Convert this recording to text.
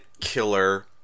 killer